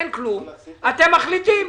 אין כלום אתם מחליטים.